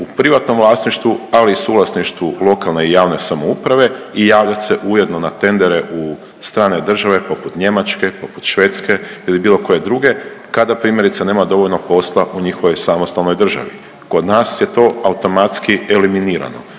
u privatnom vlasništvu ali i suvlasništvu lokalne i javne samouprave i javljat se ujedno na tendere u strane države poput Njemačke, poput Švedske ili bilo koje druge, kada primjerice nema dovoljno posla u njihovoj samostalnoj državi. Kod nas je to automatski eliminirano.